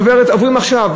עוברים עכשיו.